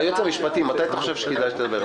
המשפטי, מתי תרצה לדבר?